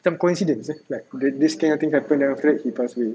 some coincidence eh like this kind of thing happened after that he pass away